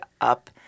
up